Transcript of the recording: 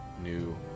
New